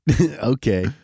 okay